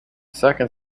second